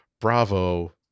Bravo